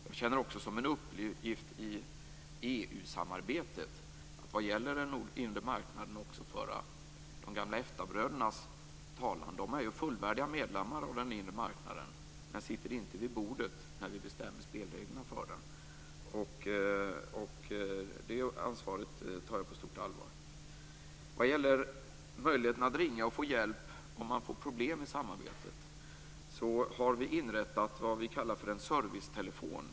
Jag känner det också som en uppgift i EU samarbetet att föra de gamla EFTA-brödernas talan vad gäller den inre marknaden. De är ju fullvärdiga medlemmar av den inre marknaden, men de sitter inte vid bordet när vi bestämmer spelreglerna för den. Det ansvaret tar jag på stort allvar. Vad gäller möjligheterna att ringa och få hjälp om man får problem i samarbetet, så har vi inrättat vad vi kallar en servicetelefon.